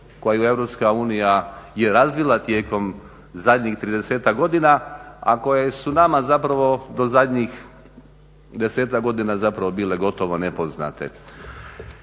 unija je razvila tijekom zadnjih 30-ak godina, a koje su nama zapravo do zadnjih 10-tak godina zapravo bile gotovo nepoznate.